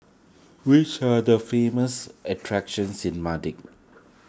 which are the famous attractions in